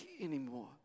anymore